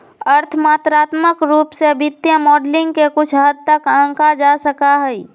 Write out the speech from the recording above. अर्थ मात्रात्मक रूप से वित्तीय मॉडलिंग के कुछ हद तक आंका जा सका हई